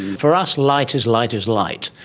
for us, light is light is light.